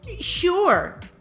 Sure